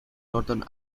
northern